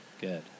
Good